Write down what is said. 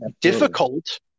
difficult